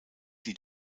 die